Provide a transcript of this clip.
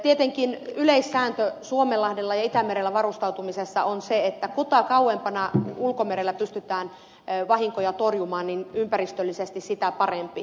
tietenkin yleissääntö suomenlahdella ja itämerellä varustautumisessa on se että kuta kauempana ulkomerellä pystytään vahinkoja torjumaan sitä parempi ympäristöllisesti